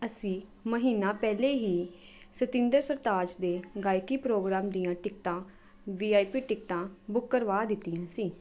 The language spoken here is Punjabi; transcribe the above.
ਅਸੀਂ ਮਹੀਨਾ ਪਹਿਲੇ ਹੀ ਸਤਿੰਦਰ ਸਰਤਾਜ ਦੇ ਗਾਇਕੀ ਪ੍ਰੋਗਰਾਮ ਦੀਆਂ ਟਿਕਟਾਂ ਵੀ ਆਈ ਪੀ ਟਿਕਟਾਂ ਬੁੱਕ ਕਰਵਾ ਦਿੱਤੀਆਂ ਸੀ